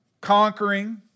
conquering